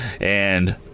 and